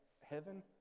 heaven